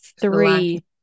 three